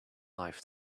life